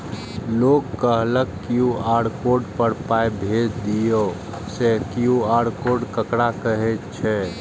लोग कहलक QR code पर पाय भेज दियौ से क्यू.आर कोड ककरा कहै छै?